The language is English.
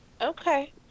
Okay